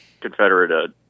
Confederate